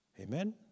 Amen